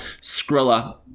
Skrilla